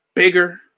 bigger